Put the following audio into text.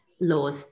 laws